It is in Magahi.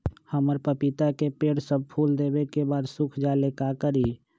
हमरा पतिता के पेड़ सब फुल देबे के बाद सुख जाले का करी?